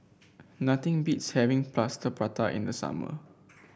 nothing beats having Plaster Prata in the summer